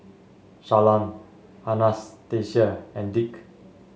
Shalon Anastacia and Dick